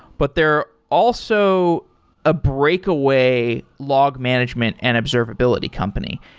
but they're also a breakaway log management and observability company.